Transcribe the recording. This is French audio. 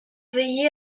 veillez